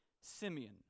Simeon